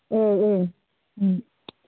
औ औ